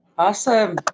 Awesome